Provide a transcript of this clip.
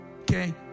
okay